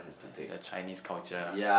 the Chinese culture ah